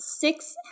six